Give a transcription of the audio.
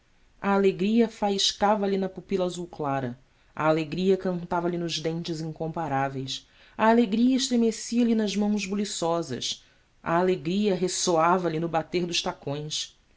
alegria faiscava lhe na pupila azul clara a alegria cantava lhe nos dentes incomparáveis a alegria estremecia lhe nas mãos buliçosas a alegria ressoava lhe no bater dos tacões